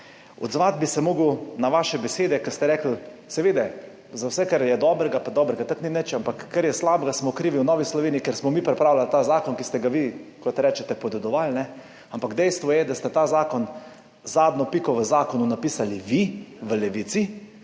Odzvati bi se moral na vaše besede, ko ste rekli, seveda, za vse, kar je dobrega, dobrega tako ni nič, ampak kar je slabega, smo krivi v Novi Sloveniji, ker smo mi pripravljali ta zakon, ki ste ga vi, kot rečete, podedovali, ampak dejstvo je, da ste ta zakon, zadnjo piko v zakonu napisali vi v Levici,